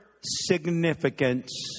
significance